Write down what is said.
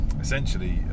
essentially